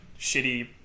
shitty